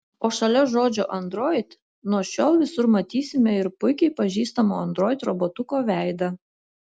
o šalia žodžio android nuo šiol visur matysime ir puikiai pažįstamo android robotuko veidą